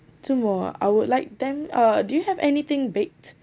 two more I would like them uh do you have anything baked